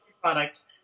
product